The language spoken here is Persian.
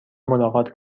ملاقات